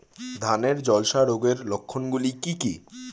ধানের ঝলসা রোগের লক্ষণগুলি কি কি?